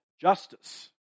Justice